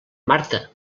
marta